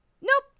Nope